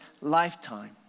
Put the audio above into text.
lifetime